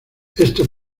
esto